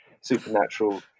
supernatural